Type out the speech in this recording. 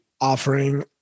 offering